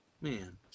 Man